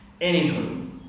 Anywho